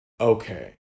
okay